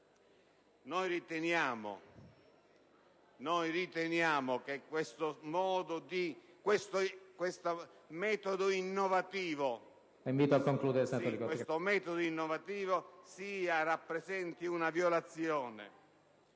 Riteniamo che questo metodo innovativo rappresenti una violazione